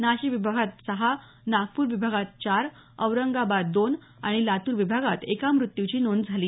नाशिक विभागात सहा नागपूर विभागात चार औरंगाबाद विभागात दोन आणि लातूर विभागात एका मृत्यूची नोंद झाली